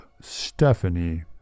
Stephanie